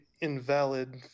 invalid